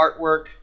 artwork